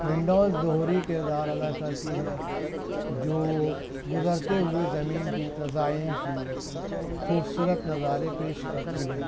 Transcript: Windows دوہری کردار ادا کرتی ہے جو گزرتے ہوئے زمین کی تزائین کی خوبصورت نظارے پیش کرتی ہے